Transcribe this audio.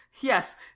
Yes